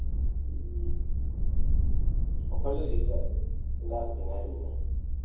ꯎꯝ offer ꯂꯩꯔꯤꯖꯥꯠꯂꯣ ꯁꯪꯒꯥꯕꯇꯥ ꯉꯥꯏꯔꯤꯝꯅꯤꯅ